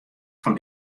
fan